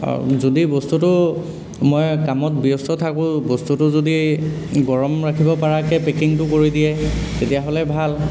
অঁ যদি বস্তুটো মই কামত ব্যস্ত থাকো বস্তুটো যদি গৰম ৰাখিব পৰাকৈ পেকিঙতো কৰি দিয়ে তেতিয়াহ'লে ভাল